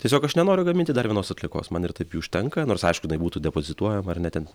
tiesiog aš nenoriu gaminti dar vienos atliekos man ir taip jų užtenka nors aišku jinai būtų depozituojama ar ne ten